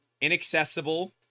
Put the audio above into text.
inaccessible